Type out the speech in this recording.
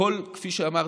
כמו שאמרתי,